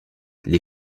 les